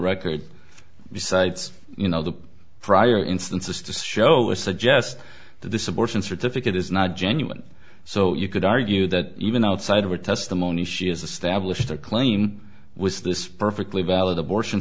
record besides you know the prior instances to show it suggests that this abortion certificate is not genuine so you could argue that even outside of her testimony she has established a claim with this perfectly valid abortion